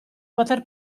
poter